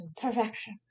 perfection